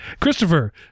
christopher